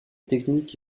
technique